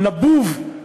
נבוב,